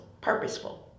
purposeful